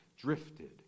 drifted